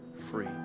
free